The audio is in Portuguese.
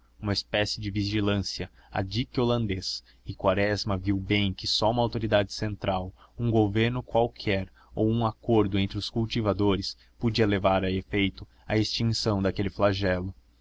uma espécie de vigilância a dique holandês e quaresma viu bem que só uma autoridade central um governo qualquer ou um acordo entre os cultivadores podia levar a efeito a extinção daquele flagelo